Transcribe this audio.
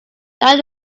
down